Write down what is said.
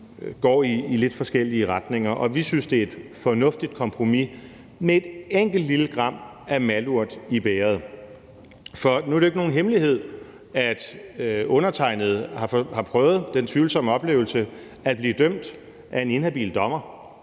går i lidt forskellige retninger. Vi synes, det er et fornuftigt kompromis – med et enkelt lille gram af malurt i bægeret. Nu er det jo ikke nogen hemmelighed, at undertegnede har prøvet den tvivlsomme oplevelse at blive dømt af en inhabil dommer,